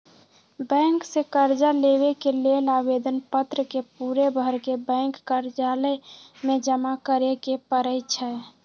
bank से कर्जा लेबे के लेल आवेदन पत्र के पूरे भरके बैंक कर्जालय में जमा करे के परै छै